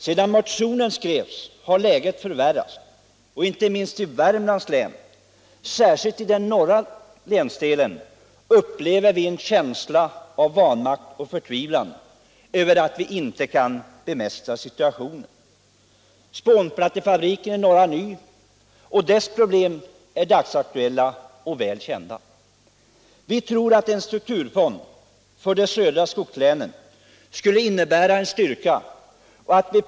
Sedan motionen skrevs har läget förvärrats, och inte minst i Värmlands län — särskilt i den norra länsdelen — upplever vi en känsla av vanmakt och förtvivlan över att vi inte kan bemästra situationen. Spånplattefabriken i Norra Ny och dess problem är dagsaktuella och välkända. Vi tror att en strukturfond för de södra skogslänen skulle innebära en styrka.